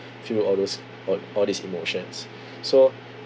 feel all those all all these emotions so